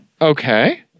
Okay